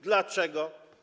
Dlaczego?